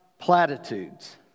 platitudes